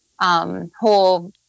Whole